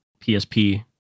PSP